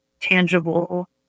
tangible